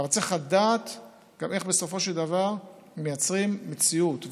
אבל צריך לדעת גם איך בסופו של דבר מייצרים מציאות,